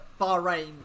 Bahrain